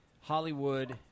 Hollywood